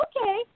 okay